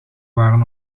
waren